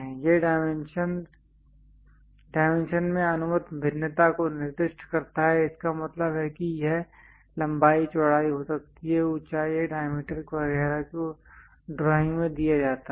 यह डायमेंशन में अनुमत भिन्नता को निर्दिष्ट करता है इसका मतलब है कि यह लंबाई चौड़ाई हो सकती है ऊंचाई या डायमीटर वगैरह को ड्राइंग में दिया जाता है